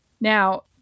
Now